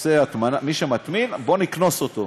שעושה הטמנה, מי שמטמין, בואו נקנוס אותו.